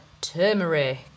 turmeric